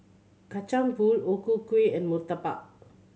Kacang Pool O Ku Kueh and murtabak